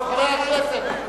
חברי הכנסת.